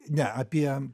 ne apie